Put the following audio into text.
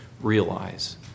realize